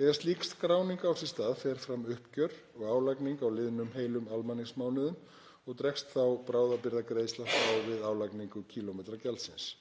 Þegar slík skráning á sér stað fer fram uppgjör og álagning á liðnum heilum almanaksmánuðum og dregst þá bráðabirgðagreiðsla frá við álagningu kílómetragjaldsins.